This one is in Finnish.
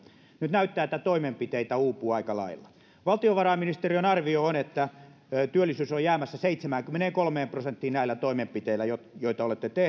nyt näyttää että toimenpiteitä uupuu aika lailla valtiovarainministeriön arvio on että työllisyys on jäämässä seitsemäänkymmeneenkolmeen prosenttiin näillä toimenpiteillä joita joita olette